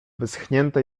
wyschnięte